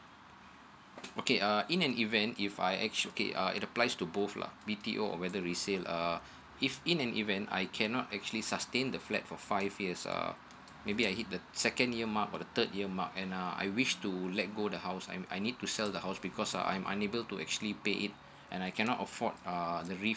okay uh in an event if I actually uh it applies to both (la) b t o or whether resale uh if in an event I cannot actually sustain the flat for five years um maybe I hit the second year mark or the third year mark and uh I wish to let go the house I'm I need to sell the house because uh I'm unable to actually pay it and I cannot afford the reef